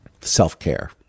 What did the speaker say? Self-care